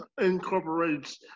incorporates